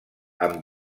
amb